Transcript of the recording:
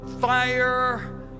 Fire